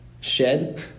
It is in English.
shed